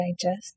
digest